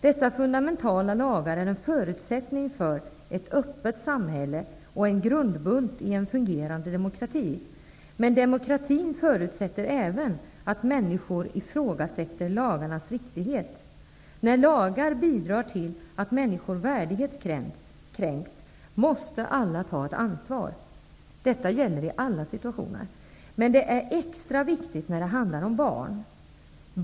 Dessa fundamentala lagar är en förutsättning för ett öppet samhälle och utgör en grundbult i en fungerande demokrati. Men demokratin förutsätter även att människor kan ifrågasätta lagarnas riktighet. När lagar bidrar till att människors värdighet kränks, måste alla ta ett ansvar. Detta gäller i alla situationer. Men det är extra viktigt när det handlar om barn.